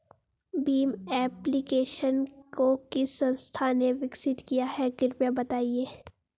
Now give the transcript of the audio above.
Bhim application को किस संस्था ने विकसित किया है कृपया बताइए?